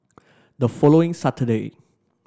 the following Saturday